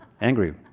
angry